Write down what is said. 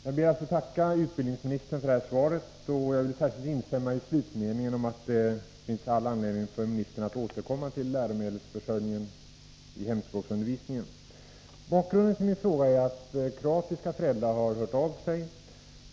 Herr talman! Jag ber att få tacka för svaret, och jag vill särskilt instämma i slutmeningen om att det finns all anledning för ministern att återkomma till läromedelsförsörjningen för hemspråksundervisningen. Bakgrunden till min fråga är att kroatiska föräldrar har hört av sig.